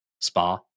Spa